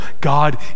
God